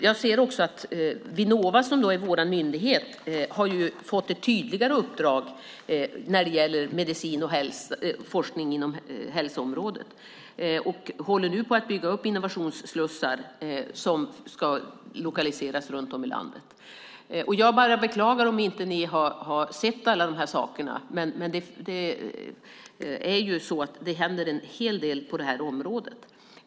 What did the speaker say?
Jag ser också att Vinnova som är vår myndighet har fått ett tydligare uppdrag när det gäller forskning inom hälsoområdet. De håller nu på att bygga upp innovationsslussar som ska lokaliseras runt om i landet. Jag bara beklagar om ni inte har sett alla de här sakerna, men det händer en hel del på området.